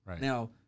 Now